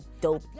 dope